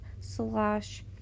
slash